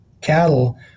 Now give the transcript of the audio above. cattle